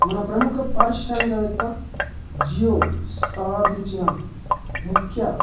మన ప్రముఖ పారిశ్రామిక వేత్త జియో స్థాపించిన ముఖ్య